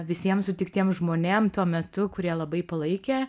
visiem sutiktiem žmonėm tuo metu kurie labai palaikė